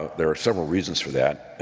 there are several reasons for that.